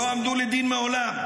לא עמדו לדין מעולם.